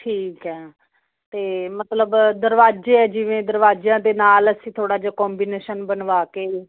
ਠੀਕ ਐ ਤੇ ਮਤਲਬ ਦਰਵਾਜੇ ਜਿਵੇਂ ਦਰਵਾਜਿਆਂ ਦੇ ਨਾਲ ਅਸੀਂ ਥੋੜਾ ਜਿਆ ਕੋਮਬੀਨੇਸ਼ਨ ਬਨਵਾ ਕੇ ਹੀ